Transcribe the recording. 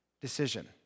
decision